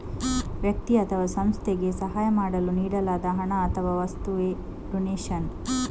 ವ್ಯಕ್ತಿ ಅಥವಾ ಸಂಸ್ಥೆಗೆ ಸಹಾಯ ಮಾಡಲು ನೀಡಲಾದ ಹಣ ಅಥವಾ ವಸ್ತುವವೇ ಡೊನೇಷನ್